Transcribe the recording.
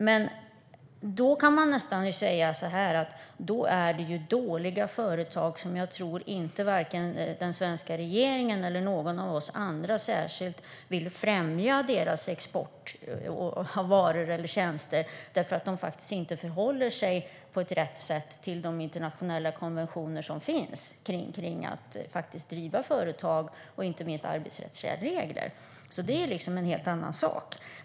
Man kan väl nästan säga att det då handlar om dåliga företag där jag tror varken den svenska regeringen eller någon av oss andra vill främja exporten av deras varor eller tjänster, därför att de faktiskt inte förhåller sig på rätt sätt till de internationella konventioner som finns kring att driva företag och inte minst arbetsrättsliga regler. Men det är liksom en helt annan sak.